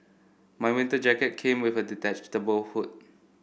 my winter jacket came with a detachable hood